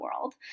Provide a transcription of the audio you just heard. world